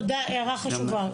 הערה חשובה.